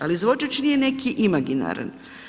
Ali izvođač nije neki imaginaran.